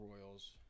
Royals